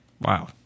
Wow